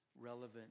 relevant